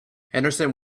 henderson